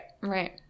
right